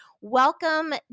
welcome